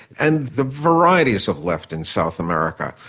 and the varieties of left in south america,